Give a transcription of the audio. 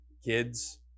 kids